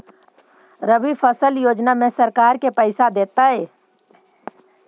रबि फसल योजना में सरकार के पैसा देतै?